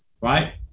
right